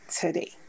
today